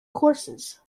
courses